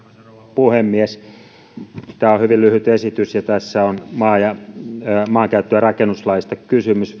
puhemies tämä on hyvin lyhyt esitys ja tässä on maankäyttö ja rakennuslaista kysymys